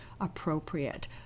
appropriate